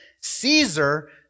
Caesar